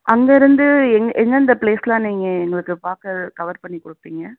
அங்கேருந்து என் எந்தெந்த ப்ளேஸ்க்கலாம் நீங்கள் எங்களுக்கு பார்க்க கவர் பண்ணி கொடுப்பீங்க